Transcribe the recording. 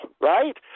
right